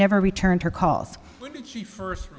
never returned her calls the first